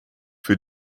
für